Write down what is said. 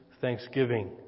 thanksgiving